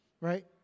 Right